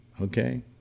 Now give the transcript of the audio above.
Okay